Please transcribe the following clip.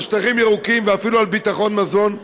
על שטחים ירוקים ואפילו על ביטחון מזון?